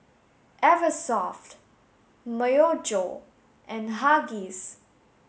Eversoft Myojo and Huggies